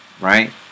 right